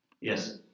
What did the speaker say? Yes